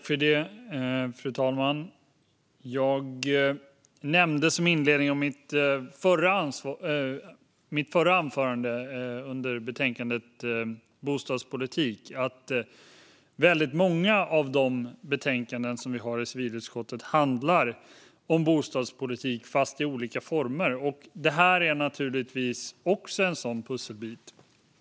Fru talman! Jag nämnde i inledningen av mitt förra anförande, om betänkandet CU9 Bostadspolitik , att många av de betänkanden vi behandlar i civilutskottet handlar om bostadspolitik i olika former. Det här är naturligtvis också en sådan pusselbit.